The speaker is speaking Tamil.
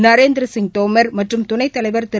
நரேந்திரசிய் தோமர் மற்றும் துணைத்தலைவர் திரு